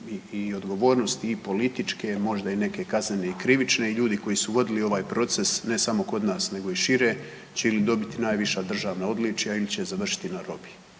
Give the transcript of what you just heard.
i odgovornosti i političke, možda i neke kaznene i krivične i ljudi koji su vodili ovaj proces ne samo kod nas nego i šire će ili dobiti najviša državna odličja ili će završiti na robiji,